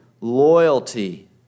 loyalty